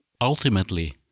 Ultimately